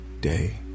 day